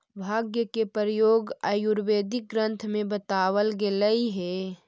भाँग के प्रयोग आयुर्वेदिक ग्रन्थ में बतावल गेलेऽ हई